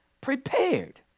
prepared